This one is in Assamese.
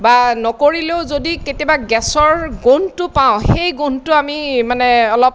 বা নকৰিলেও যদি কেতিয়াবা গেছৰ গোন্ধটো পাওঁ সেই গোন্ধটো আমি মানে অলপ